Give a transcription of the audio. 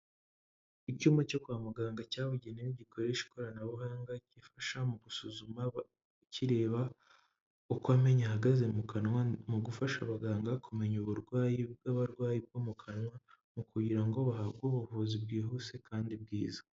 Icyuyuma cyo kwa muganga cyabugenewe, gikoresha ikoranabuhanga, gifasha mu gusuzuma abakireba uko amenyo ahahagaze mu kanwa, mu gufasha abaganga kumenya uburwayi bw'abarwayi bwo mu kanwa, mu kugira ngo bahabwe ubuvuzi bwihuse kandi bwiza.